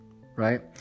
right